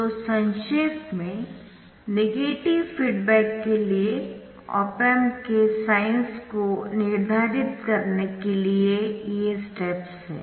तो संक्षेप में नेगेटिव फीडबैक के लिए ऑप एम्प के साइन्स को निर्धारित करने के लिए ये स्टेप्स है